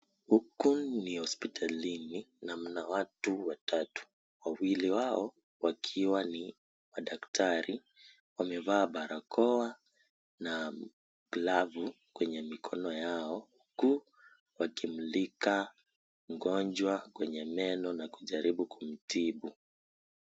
Huku ni hospitalini na mna watu watatu, wawili wao wakiwa ni madaktari wamevaa barakoa na glavu kwenye mikono yao huku wakimulika mgonjwa kwenye meno na kujaribu kumtibu.